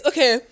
Okay